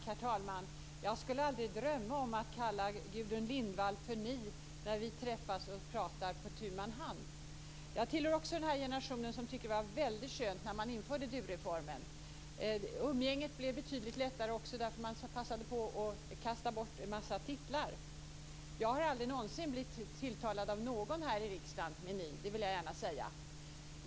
Herr talman! Jag skulle aldrig drömma om att kalla Gudrun Lindvall för ni när vi träffas och pratar på tu man hand. Jag tillhör också den generation som tycker att det var väldigt skönt när man införde dureformen. Umgänget blev betydligt lättare också därför att man passade på att kasta bort en massa titlar. Jag har aldrig någonsin blivit tilltalad av någon här i riksdagen med ni. Det vill jag gärna säga.